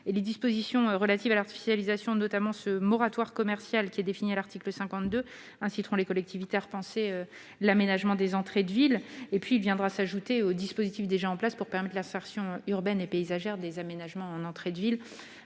les dispositions relatives à l'artificialisation des sols, notamment le moratoire commercial défini à l'article 52, inciteront les collectivités à repenser l'aménagement des entrées de ville. Cette mesure viendra compléter les dispositifs déjà mis en place pour permettre l'insertion urbaine et paysagère des aménagements en entrée de ville.